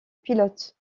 pilote